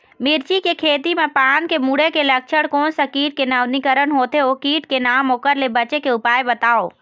मिर्ची के खेती मा पान के मुड़े के लक्षण कोन सा कीट के नवीनीकरण होथे ओ कीट के नाम ओकर ले बचे के उपाय बताओ?